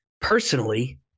personally